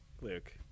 luke